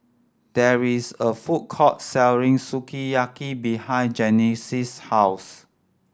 there is a food court selling Sukiyaki behind Genesis' house